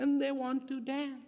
and they want to dance